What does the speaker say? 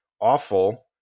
awful